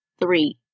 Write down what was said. three